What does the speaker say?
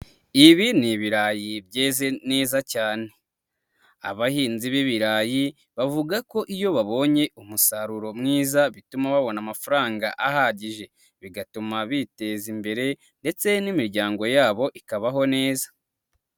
Ibi ni ibirayi byeze neza cyane. Abahinzi b'ibirayi, bavuga ko iyo babonye umusaruro mwiza ,bituma babona amafaranga ahagije, bigatuma biteza imbere ndetse n'imiryango yabo ikabaho neza.